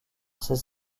ses